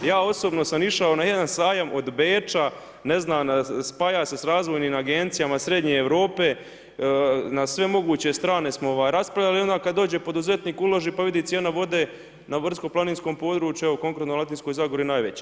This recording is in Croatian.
Ja sobno sam išao na jedan sajam od Beča, ne znam, spajao se sa razvojnim agencijama srednje Europe, na sve moguće strane smo raspravljali i onda kada dođe poduzetnik uloži pa vidi cijena vode na brdsko-planinskom području, evo konkretno Dalmatinskoj zagori najveća.